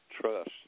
trust